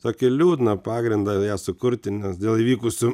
tokį liūdną pagrindą ją sukurti nes dėl įvykusių